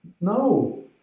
No